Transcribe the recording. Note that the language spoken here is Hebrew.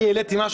אני העליתי משהו,